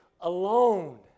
alone